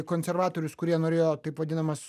konservatorius kurie norėjo taip vadinamas